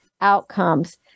outcomes